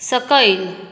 सकयल